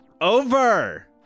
Over